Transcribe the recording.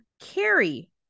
Carrie